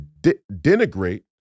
denigrate